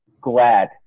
glad